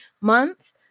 month